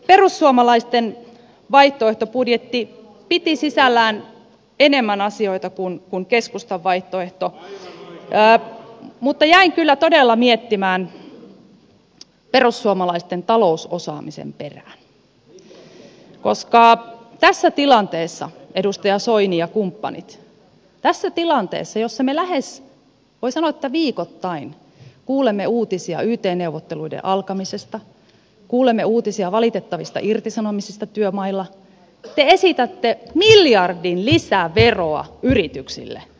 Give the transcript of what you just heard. perussuomalaisten vaihtoehtobudjetti piti sisällään enemmän asioita kuin keskustan vaihtoehto mutta jäin kyllä todella miettimään perussuomalaisten talousosaamisen perään koska tässä tilanteessa edustaja soini ja kumppanit jossa me lähes voi sanoa viikoittain kuulemme uutisia yt neuvotteluiden alkamisesta kuulemme uutisia valitettavista irtisanomisista työmailla te esitätte miljardin lisäveroa yrityksille